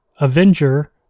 Avenger